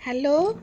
hello